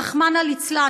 רחמנא ליצלן,